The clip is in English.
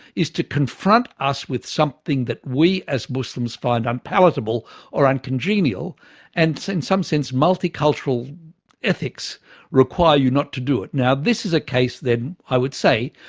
is to confront us with something that we as muslims find unpalatable or uncongenial and in some sense multicultural ethics require you not to do it. now this is a case then, i would say,